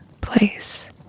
place